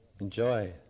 enjoy